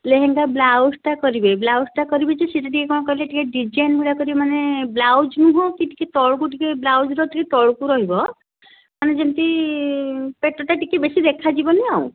ଲେହେଙ୍ଗା ବ୍ଲାଉଜଟା କରିବେ ବ୍ଲାଉଜଟା କରିବେ ଯେ ସେଇଟା ଟିକେ କ'ଣ କହିଲେ ଟିକେ ଡିଜାଇନ୍ ଭଳିଆ କରିବେ ମାନେ ବ୍ଲାଉଜ୍ ନୁହେଁ କି ଟିକେ ତଳକୁ ଟିକେ ବ୍ଲାଉଜର ଠିକ୍ ତଳକୁ ରହିବ ମାନେ ଯେମିତି ପେଟଟା ଟିକେ ବେଶି ଦେଖା ଯିବନି ଆଉ